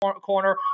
Corner